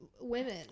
women